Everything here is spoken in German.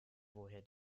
woher